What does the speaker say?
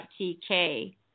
tk